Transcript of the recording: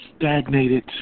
stagnated